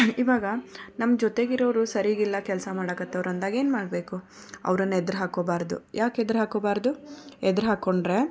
ಈವಾಗ ನಮ್ಮ ಜೊತೆಗೆ ಇರೋರು ಸರೀಗೆ ಇಲ್ಲ ಕೆಲಸ ಮಾಡೋಕೆ ಅಂದಾಗ ಏನು ಮಾಡಬೇಕು ಅವರನ್ನ ಎದ್ರು ಹಾಕ್ಕೊಳ್ಬಾರ್ದು ಯಾಕೆ ಎದ್ರು ಹಾಕ್ಕೊಳ್ಬಾರ್ದು ಎದ್ರು ಹಾಕ್ಕೊಂಡ್ರೆ